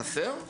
חסר?